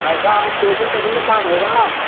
पैसा आप दोगी तभी ना काम होगा